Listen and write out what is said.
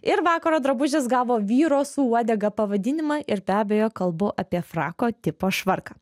ir vakaro drabužis gavo vyro su uodega pavadinimą ir be abejo kalbu apie frako tipo švarką